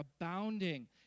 abounding